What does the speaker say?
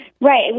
Right